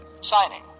Signing